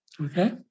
Okay